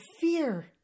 fear